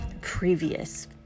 previous